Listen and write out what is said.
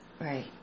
right